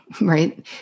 right